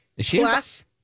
Plus